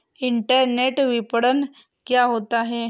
Internet विपणन क्या होता है?